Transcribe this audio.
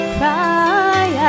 Cry